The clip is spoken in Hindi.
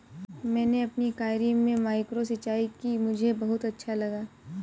मैंने अपनी क्यारी में माइक्रो सिंचाई की मुझे बहुत अच्छा लगा